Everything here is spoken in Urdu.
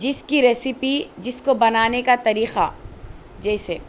جس کے ریسیپی جس کو بنانے کا طریقہ جیسے